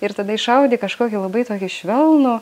ir tada išaudi kažkokį labai tokį švelnų